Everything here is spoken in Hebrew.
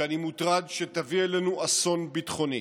שאני מוטרד שתביא עלינו אסון ביטחוני.